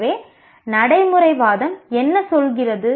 எனவே நடைமுறைவாதம் என்ன சொல்கிறது